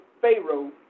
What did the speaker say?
Pharaoh